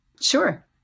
Sure